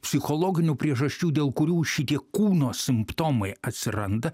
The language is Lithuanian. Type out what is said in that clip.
psichologinių priežasčių dėl kurių šitie kūno simptomai atsiranda